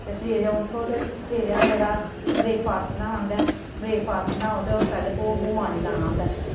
ते सवेरे उट्ठो ते सवेरे आह्ला जेह्ड़ा ब्रेकफास्ट बनाना होंदा ऐ ब्रेकफास्ट बनाओ ते ओह् पैह्ला भोग भगवान गी लाना होंदा ऐ